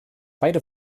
beide